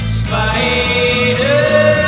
spider